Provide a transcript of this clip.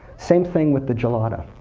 same thing with the gelada.